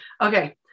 okay